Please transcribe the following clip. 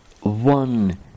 one